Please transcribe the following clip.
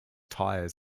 tyres